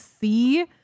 see